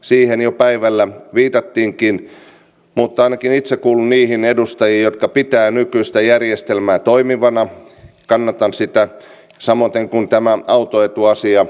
siihen jo päivällä viitattiinkin mutta ainakin itse kuulun niihin edustajiin jotka pitävät nykyistä järjestelmää toimivana kannatan sitä samoiten tätä autoetuasiaa